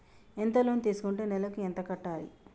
ఎంత లోన్ తీసుకుంటే నెలకు ఎంత కట్టాలి?